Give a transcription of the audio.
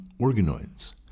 organoids